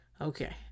Okay